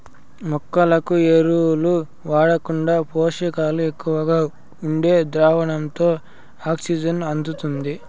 మొక్కలకు ఎరువులు వాడకుండా పోషకాలు ఎక్కువగా ఉండే ద్రావణంతో ఆక్సిజన్ అందుతుంది